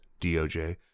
DOJ